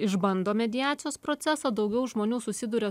išbando mediacijos procesą daugiau žmonių susiduria